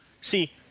See